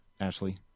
Ashley